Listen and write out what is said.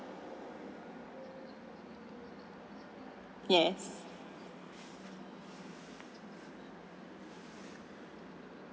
yes